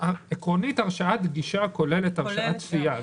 עקרונית הרשאת גישה כוללת הרשאת צפייה,